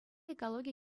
экологи